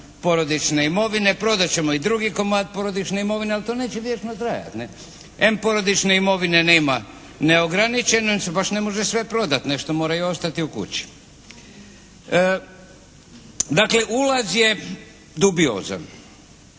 Em porodične imovine nema neograničeno i baš se sve ne može prodati, nešto mora i ostati u kući. Dakle ulaz je dubiozan.